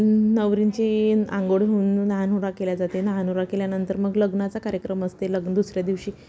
नवरींची आंघोळ होऊन नाहनुरा केल्या जाते नाहनुरा केल्यानंतर मग लग्नाचा कार्यक्रम असते लग्न दुसऱ्या दिवशी